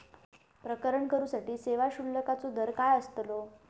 प्रकरण करूसाठी सेवा शुल्काचो दर काय अस्तलो?